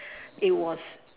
it was